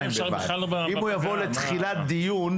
בכלל לא --- אם הוא יבוא לתחילת דיון,